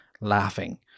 laughing